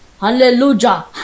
hallelujah